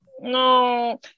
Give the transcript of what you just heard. No